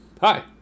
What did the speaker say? Hi